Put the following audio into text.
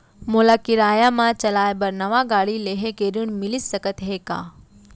मोला किराया मा चलाए बर नवा गाड़ी लेहे के ऋण मिलिस सकत हे का?